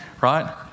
Right